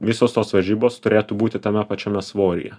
visos tos varžybos turėtų būti tame pačiame svoryje